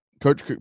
Coach